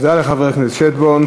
תודה לחבר הכנסת שטבון.